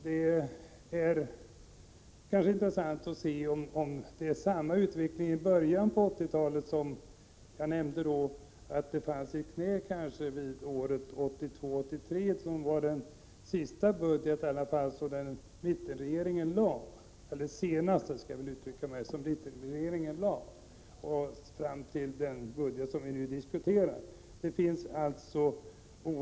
Det kunde vara intressant att se litet närmare på utvecklingen under — 2 april 1987 1980-talet, Bengt Göransson. Hur var utvecklingen när mittenregeringen lade fram sin budget 1982/83 jämfört med utvecklingen i dag, när vi diskuterar den senaste budgeten?